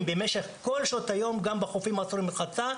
במשך כל שעות היום גם בחופים האסורים לרחצה,